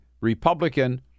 Republican